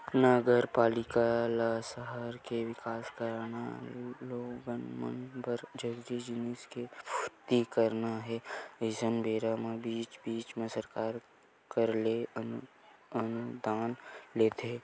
नगरपालिका ल सहर के बिकास कराना लोगन मन बर जरूरी जिनिस के पूरति कराना हे अइसन बेरा म बीच बीच म सरकार करा ले अनुदान लेथे